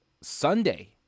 Sunday